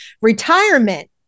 Retirement